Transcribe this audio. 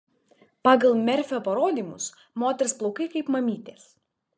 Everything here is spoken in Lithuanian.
pagal merfio parodymus moters plaukai kaip mamytės